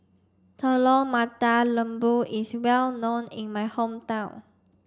Telur Mata Lembu is well known in my hometown